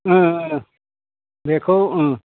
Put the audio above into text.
ओं ओं बेखौ ओं